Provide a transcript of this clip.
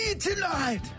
tonight